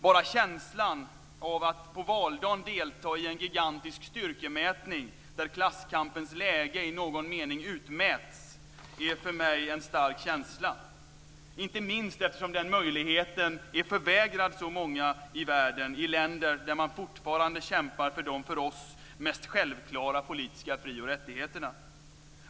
Bara känslan av att på valdagen delta i en gigantisk styrkemätning där klasskampens läge i någon mening utmäts är för mig en stark känsla - inte minst eftersom den möjligheten är förvägrad så många i världen, i länder där man fortfarande kämpar för de för oss mest självklara politiska fri och rättigheterna.